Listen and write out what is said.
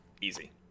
easy